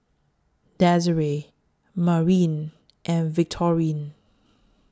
Desirae Marin and Victorine